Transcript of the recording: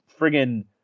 friggin